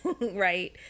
right